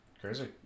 Crazy